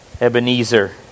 Ebenezer